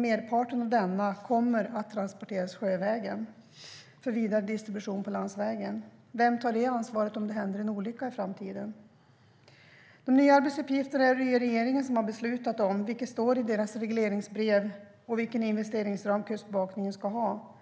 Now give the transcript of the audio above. Merparten av detta kommer att transporteras sjövägen för vidare distribution landvägen. Vem tar det ansvaret om det händer en olycka? De nya arbetsuppgifterna är det ju regeringen som beslutat om, vilket står i regleringsbrevet och i den investeringsram som Kustbevakningen ska ha.